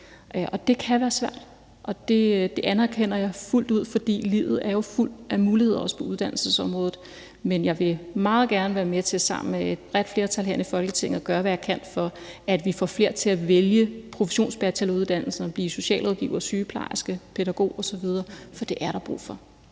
Det kan være svært, og det anerkender jeg fuldt ud, for livet er jo fuld af muligheder, også på uddannelsesområdet. Men jeg vil meget gerne være med til sammen med et bredt flertal herinde i Folketinget at gøre, hvad jeg kan, for at vi får flere til at vælge professionsbacheloruddannelser og blive socialrådgiver, sygeplejerske, pædagog osv., for det er der brug for.